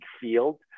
field